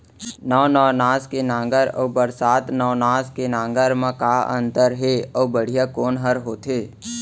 नौ नवनास के नांगर अऊ बरसात नवनास के नांगर मा का अन्तर हे अऊ बढ़िया कोन हर होथे?